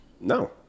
No